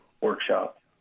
workshop